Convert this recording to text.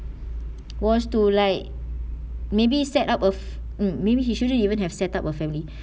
was to like maybe set up a mm maybe he shouldn't even have set up a family